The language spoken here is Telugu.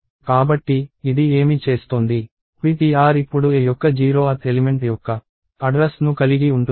కాబట్టి ఇది ఏమి చేస్తోంది ptr ఇప్పుడు a యొక్క 0th ఎలిమెంట్ యొక్క అడ్రస్ ను కలిగి ఉంటుంది